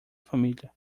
família